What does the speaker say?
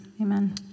Amen